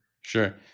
Sure